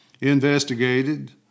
investigated